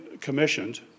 commissioned